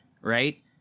right